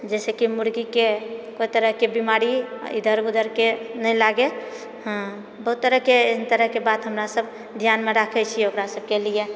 जाहिसँ कि मुर्गीके कोइ तरहके बीमारी इधर उधरक नहि लागए हँ बहुत तरहके एहि तरहकेँ बात हमरासभ ध्यानमे राखए छिऐ ओकरा सभकेँ लिए